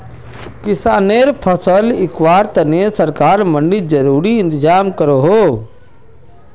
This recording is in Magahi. किस्सानेर फसल किंवार तने सरकार मंडित ज़रूरी इंतज़ाम करोह